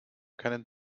keinen